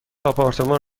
آپارتمان